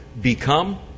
become